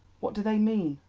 what do they mean?